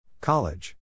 College